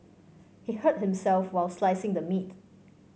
he hurt himself while slicing the meat